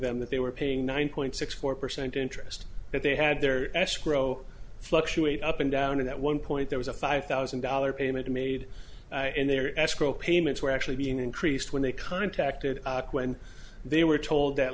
them that they were paying nine point six four percent interest that they had their escrow fluctuate up and down and at one point there was a five thousand dollars payment made and their escrow payments were actually being increased when they contacted when they were told that